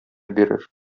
бирер